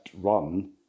run